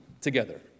together